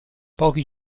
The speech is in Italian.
pochi